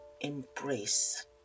Embrace